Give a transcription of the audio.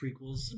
prequels